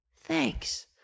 Thanks